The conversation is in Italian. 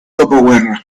dopoguerra